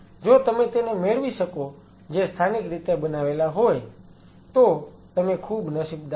જો તમે તેને મેળવી શકો જે સ્થાનિક રીતે બનાવેલા હોય તો તમે ખૂબ નસીબદાર છો